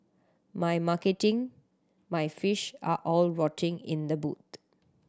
my marketing my fish are all rotting in the boot